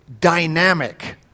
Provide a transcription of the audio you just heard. dynamic